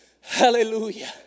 Hallelujah